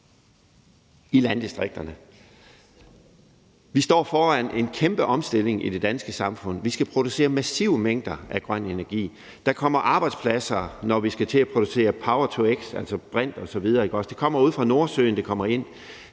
i landdistrikterne. Vi står foran en kæmpe omstilling i det danske samfund. Vi skal producere massive mængder af grøn energi. Der kommer arbejdspladser, når vi skal til at producere power-to-x, altså brint osv., som kommer ind ude fra Nordsøen. Der bliver